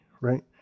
right